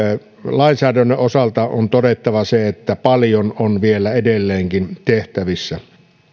lainsäädännön osalta on todettava se että paljon on vielä edelleenkin tehtävissä